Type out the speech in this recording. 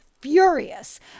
furious